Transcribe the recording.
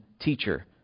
teacher